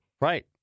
Right